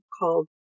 called